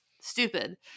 stupid